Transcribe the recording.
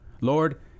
Lord